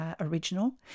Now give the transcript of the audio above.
original